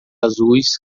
azuis